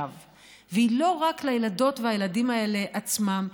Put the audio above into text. והיא לא רק לילדות והילדים האלה עצמם,